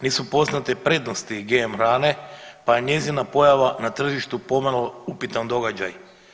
Nisu poznate prednosti GMO hrane pa njezina pojava na tržištu pomalo upitan događaj.